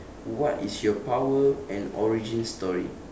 what is your power and origin story